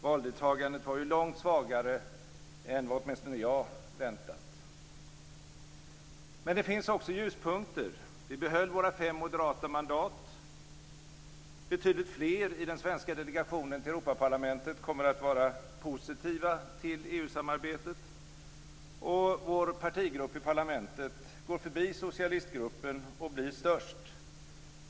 Valdeltagandet var ju långt svagare än vad åtminstone jag väntat. Men det finns också ljuspunkter. Vi behöll våra fem moderata mandat. Betydligt fler i den svenska delegationen till Europaparlamentet kommer att vara positiva till EU-samarbetet. Och vår partigrupp i parlamentet går förbi socialistgruppen och blir störst.